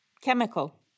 chemical